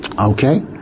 Okay